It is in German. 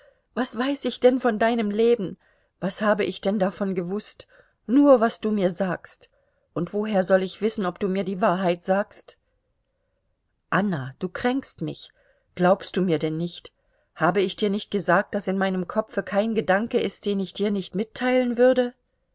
was weiß ich denn von deinem leben was habe ich denn davon gewußt nur was du mir sagst und woher soll ich wissen ob du mir die wahrheit sagst anna du kränkst mich glaubst du mir denn nicht habe ich dir nicht gesagt daß in meinem kopfe kein gedanke ist den ich dir nicht mitteilen würde